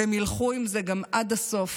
והם ילכו עם זה גם עד הסוף.